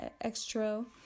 extra